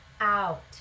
out